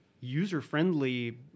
user-friendly